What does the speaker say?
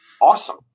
Awesome